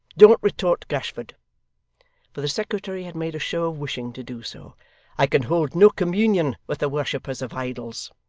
don't retort, gashford for the secretary had made a show of wishing to do so i can hold no communion with the worshippers of idols